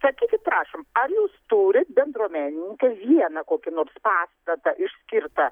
sakykit prašom ar jūs turit bendruomenininkė vieną kokį nors pastatą išskirtą